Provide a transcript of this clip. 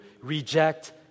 reject